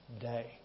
day